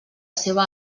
seva